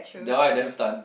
that one I damn stun